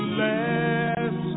last